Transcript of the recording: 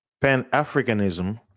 pan-africanism